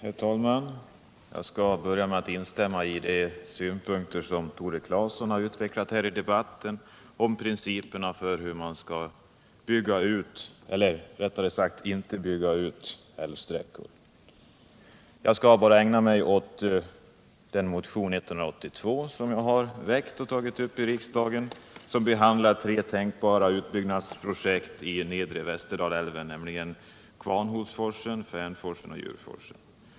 Herr talman! Jag skall börja med att instämma i de synpunkter som Tore Claeson har utvecklat i debatten om principerna för hur man skall bygga ut — eller rättare sagt inte bygga ut — älvsträckor. Jag skall därutöver bara ägna mig åt motionen 182 som behandlar tre tänkbara utbyggnadsprojekt i nedre Västerdalälven, nämligen Kvarnholsforsen, Fänforsen och Djurforsen.